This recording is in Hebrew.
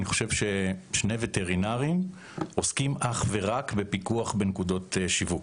אני חושב ששני וטרינרים עוסקים אך ורק בפיקוח בנקודות שיווק,